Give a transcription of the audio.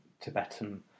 Tibetan